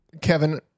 Kevin